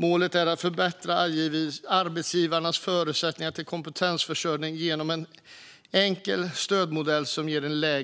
Målet är att förbättra arbetsgivarnas förutsättningar för kompetensförsörjning genom en enkel stödmodell. Som kristdemokrat